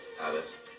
Alice